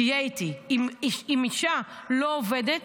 תהיה איתי, אם אישה לא עובדת